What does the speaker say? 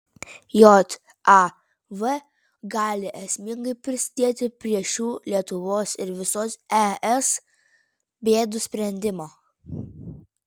jav gali esmingai prisidėti prie šių lietuvos ir visos es bėdų sprendimo